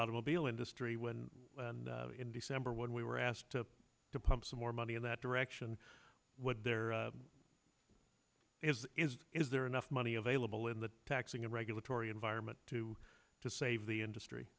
automobile industry when in december when we were asked to to pump some more money in that direction what there is is is there enough money available in the taxing and regulatory environment to to save the industry